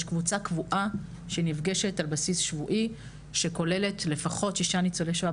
יש קבוצה קבועה שנפגשת על בסיס שבועי שכוללת לפחות כשישה ניצולי שואה,